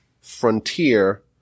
frontier